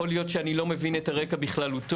יכול להיות שאני לא מבין את הרקע בכללותו,